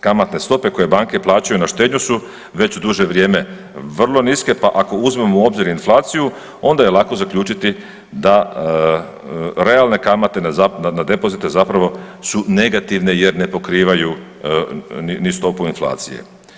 Kamatne stope koje banke plaćaju na štednju su već duže vrijeme vrlo niske pa ako uzmemo u obzir inflaciju, onda je lako zaključiti da realne kamate na depozite zapravo su negativne jer ne pokrivaju ni stopu inflacije.